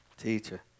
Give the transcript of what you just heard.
Teacher